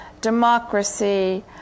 democracy